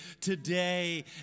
today